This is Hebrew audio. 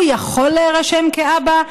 הוא יכול להירשם כאבא,